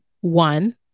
One